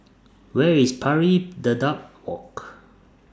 Where IS Pari Dedap Walk